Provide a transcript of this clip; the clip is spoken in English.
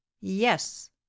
Yes